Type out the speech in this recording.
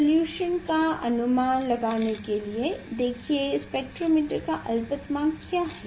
resolution का अनुमान लगाने के लिए देखिए स्पेक्ट्रोमीटर का अल्पतमांक क्या है